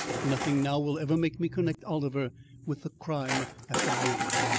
nothing now will ever make me connect oliver with the crime at the bridge.